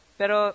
pero